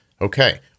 Okay